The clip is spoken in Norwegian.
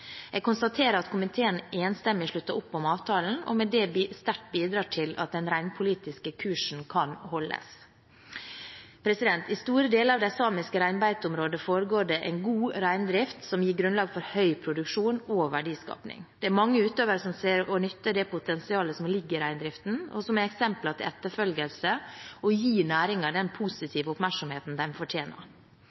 Jeg konstaterer at komiteen enstemmig slutter opp om avtalen, og med det sterkt bidrar til at den reindriftspolitiske kursen kan holdes. I store deler av de samiske reinbeiteområdene foregår det en god reindrift, som gir grunnlag for høy produksjon og verdiskaping. Det er mange utøvere som ser å utnytte det potensialet som ligger i reindriften, og som er eksempler til etterfølgelse og gir næringen den positive oppmerksomheten den fortjener.